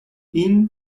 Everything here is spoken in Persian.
این